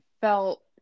felt